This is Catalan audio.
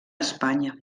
espanya